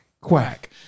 Quack